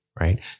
right